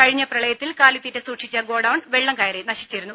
കഴിഞ്ഞ പ്രളയത്തിൽ കാലിത്തീറ്റ സൂക്ഷിച്ച ഗോഡൌൺ വെള്ളം കയറി നശിച്ചിരുന്നു